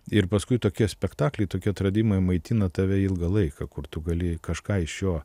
ir paskui tokie spektakliai tokie atradimai maitina tave ilgą laiką kur tu gali kažką iš jo